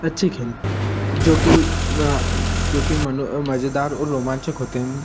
अच्छे खेल जो कि जो कि मनो मज़ेदार ओर रोमांचक होते हैं